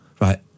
Right